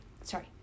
sorry